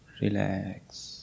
relax